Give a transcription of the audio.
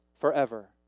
forever